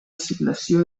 assignació